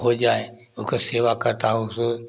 होइ जाएँ ओके सेवा करता हूँ उसे